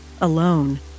alone